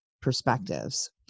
perspectives